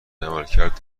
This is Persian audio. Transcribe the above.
عملکرد